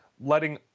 letting